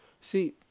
see